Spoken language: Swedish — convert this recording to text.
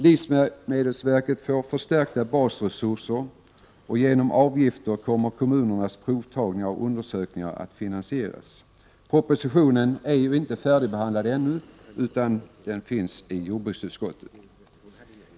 Livsmedelsverket får förstärkta basresurser och kommunernas provtagningar och undersökningar kommer att finansieras genom avgifter. Propositionen är ännu inte färdigbehandlad, utan den finns i jordbruksutskottet.